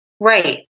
right